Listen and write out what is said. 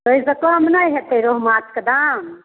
ओहिसँ कम नहि हेतै रोहु माछके दाम